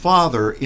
Father